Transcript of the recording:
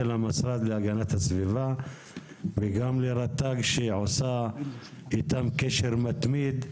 למשרד להגנת הסביבה וגם לרט"ג שעושה איתם קשר מתמיד.